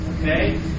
okay